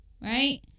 right